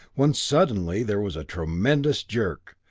when suddenly there was a tremendous jerk,